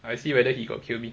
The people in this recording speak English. I see whether he got kill me